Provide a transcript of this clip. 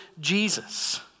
Jesus